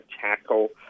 tackle